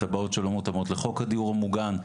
תב"עות שלא מותאמות לחוק הדיור המוגן.